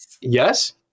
Yes